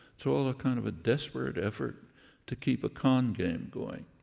so all a kind of a desperate effort to keep a con game going.